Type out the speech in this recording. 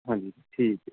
ਹਾਂਜੀ ਠੀਕ ਹੈ